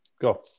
Go